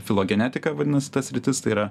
filogenetika vadinasi ta sritis tai yra